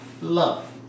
love